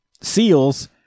seals